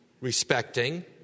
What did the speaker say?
respecting